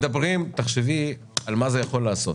תחשבי מה זה יכול לעשות.